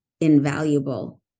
invaluable